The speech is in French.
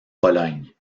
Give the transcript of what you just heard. pologne